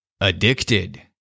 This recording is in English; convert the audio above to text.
Addicted